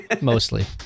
Mostly